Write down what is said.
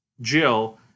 Jill